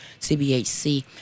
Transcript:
CBHC